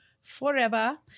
Forever